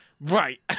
Right